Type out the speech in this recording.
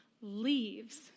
leaves